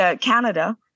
Canada